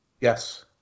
Yes